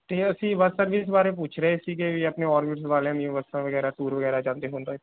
ਅਤੇ ਅਸੀਂ bus service ਬਾਰੇ ਪੁੱਛ ਰਹੇ ਸੀਗੇ ਵੀ ਆਪਣੇ ਔਰਬਿਟ ਵਾਲਿਆਂ ਦੀਆਂ ਬੱਸਾਂ ਵਗੈਰਾ ਟੂਰ ਵਗੈਰਾ ਜਾਂਦੇ ਹੋਣ ਤਾਂ